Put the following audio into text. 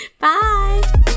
Bye